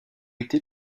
été